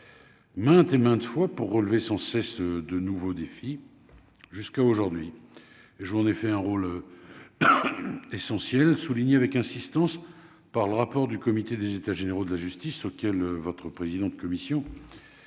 maintes et maintes fois pour relever sans cesse de nouveaux défis, jusqu'à aujourd'hui, et je vous en effet un rôle essentiel souligné avec insistance par le rapport du comité des états généraux de la justice auquel votre président de commission